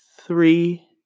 Three